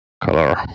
color